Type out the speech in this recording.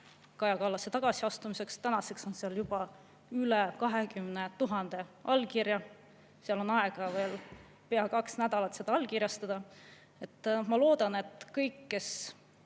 Kaja Kallase tagasiastumiseks. Tänaseks on seal juba üle 20 000 allkirja. On aega veel pea kaks nädalat seda allkirjastada. Ma loodan, et kõik, kes